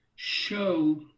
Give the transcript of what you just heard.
show